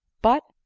but,